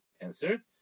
answer